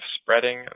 spreading